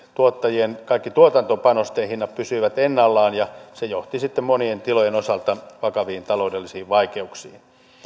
tuottajien kaikki tuotantopanosten hinnat pysyivät ennallaan ja se johti sitten monien tilojen osalta vakaviin taloudellisiin vaikeuksiin